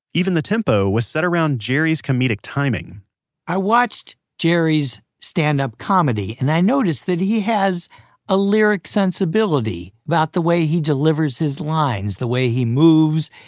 even the tempo was set around jerry's comedic timing i watched jerry's standup comedy. and i noticed that he has a lyric sensibility about the way he delivers his lines. the way he moves,